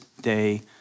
day